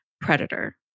predator